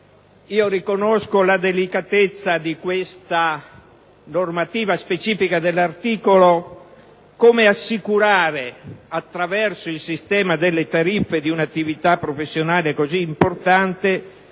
riconosco la delicatezza della normativa specifica contenuta in questo articolo: come assicurare, attraverso il sistema delle tariffe di un'attività professionale così importante,